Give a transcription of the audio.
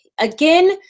again